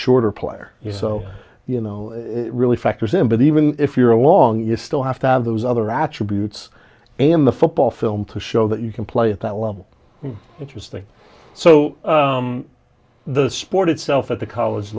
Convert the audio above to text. shorter player so you know really factors in but even if you're a long you still have to have those other attributes and the football film to show that you can play at that level interesting so the sport itself at the college